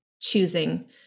choosing